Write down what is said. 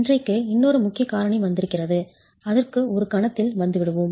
இன்றைக்கு இன்னொரு முக்கியக் காரணி வந்திருக்கிறது அதற்கு ஒரு கணத்தில் வந்துவிடுவோம்